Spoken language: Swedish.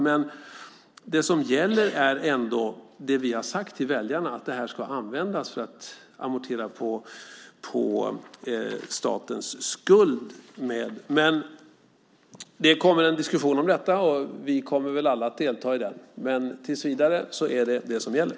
Men det som gäller är ändå det vi har sagt till väljarna, att det här ska användas för att amortera på statens skuld. Det kommer en diskussion om detta, och vi kommer väl alla att delta i den. Men tills vidare är det detta som gäller.